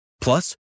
Plus